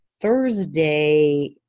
Thursday